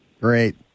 Great